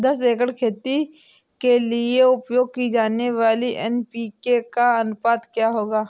दस एकड़ खेती के लिए उपयोग की जाने वाली एन.पी.के का अनुपात क्या होगा?